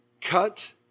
cut